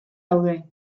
daude